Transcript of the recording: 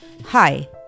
Hi